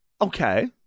okay